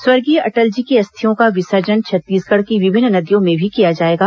स्वर्गीय अटल जी की अस्थियों का विसर्जन छत्तीसगढ़ की विभिन्न नदियों में भी किया जाएगा